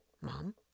mom